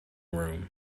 room